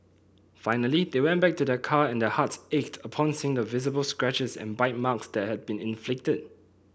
finally they went back to their car and their heart ached upon seeing the visible scratches and bite marks that had been inflicted